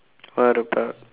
what about